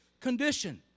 condition